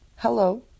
Hello